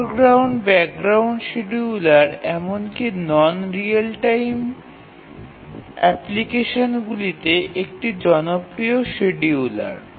foreground background scheduler এমনকি non real time অ্যাপ্লিকেশনগুলিতে একটি জনপ্রিয় শিডিয়ুলার